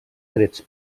trets